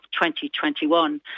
2021